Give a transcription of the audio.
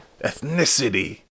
ethnicity